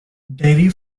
dairy